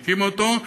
שהיא הקימה אותו.